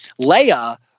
Leia